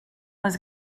was